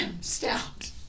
stout